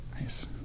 Nice